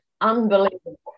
Unbelievable